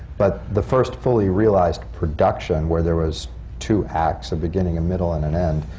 but the first fully realized production, where there was two acts, a beginning, a middle and an end,